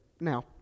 Now